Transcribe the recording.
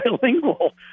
bilingual